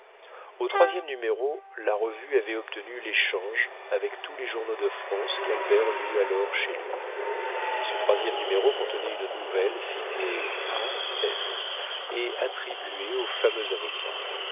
au troisième numéro la revue avait obtenu l'échange avec tous les journaux de france qu'albert lut alors chez lui ce troisième numéro contenait une nouvelle signée a s et attribuée au fameux avocat